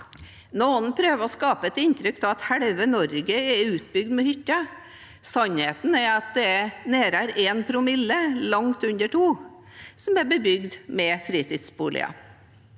Noen prøver å skape et inntrykk av at halve Norge er utbygd med hytter. Sannheten er at det er nærmere 1 promille, langt under 2 promille, som er bebygd med fritidsboliger.